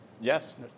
Yes